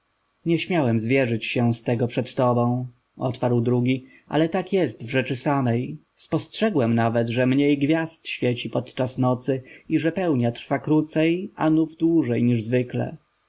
nie śmiałem zwierzyć się z tego przed tobą odparł drugi ale tak jest w rzeczy samej spostrzegłem nawet że mniej gwiazd świeci podczas nocy i że pełnia trwała krócej a nów dłużej niż zwykle